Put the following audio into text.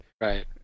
Right